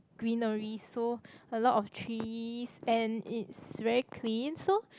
greenery so a lot of trees and it's very clean so